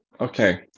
okay